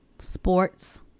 sports